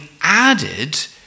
added